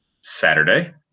Saturday